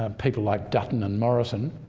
um people like dutton and morrison